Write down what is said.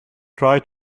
try